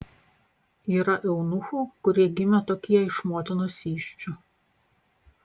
yra eunuchų kurie gimė tokie iš motinos įsčių